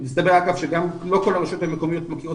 מסתבר שלא כל הרשויות המקומיות מכירות